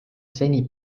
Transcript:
seni